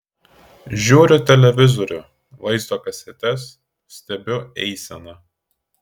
žiūriu televizorių vaizdo kasetes stebiu eiseną